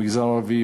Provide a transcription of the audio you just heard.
במגזר הערבי,